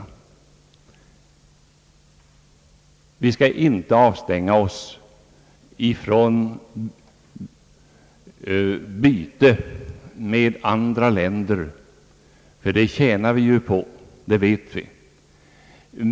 Vi skall inte avstänga oss från handelsutbyte med andra länder — någonting som vi tjänar på, det vet vi.